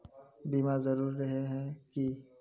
बीमा जरूरी रहे है की?